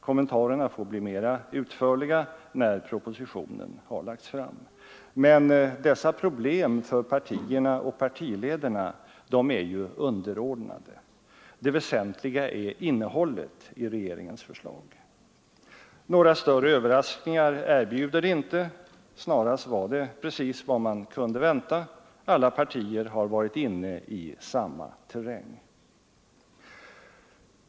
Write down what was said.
Kommentarerna får bli mera utförliga när propositionen har lagts fram. Men dessa problem för partierna och partiledarna är ju underordnade. Det väsentliga är innehållet i regeringens förslag. Några större överraskningar erbjuder förslagen inte, utan snarast var de precis vad man kunde vänta. Alla partierna har varit inne i samma terräng.